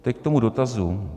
Teď k tomu dotazu.